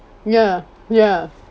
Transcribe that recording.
ya ya